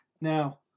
now